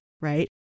Right